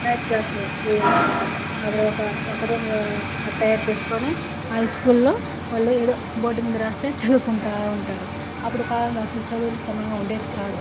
night క్లాస్లు పోయేదన్నమాట అప్పుడు ఒక ఒక రూమ్ తయారు చేసుకోని ఆ స్కూళ్ళో వాళ్ళు ఏదో బోర్డ్ మీద రాస్తే చదువుకుంటూ ఉంటారు అప్పుడు కాలంలో అసలు చదువులు సమంగా ఉండేవి కాదు